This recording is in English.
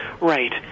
Right